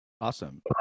Awesome